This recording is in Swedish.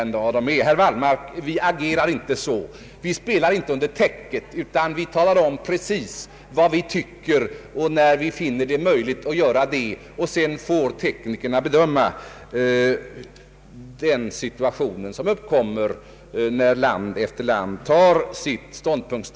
Herr Wallmark, vi agerar inte så, vi spelar inte under täcket, utan vi talar om precis vad vi tycker, och sedan får teknikerna bedöma den situation som uppkommer när land efter land tar ståndpunkt.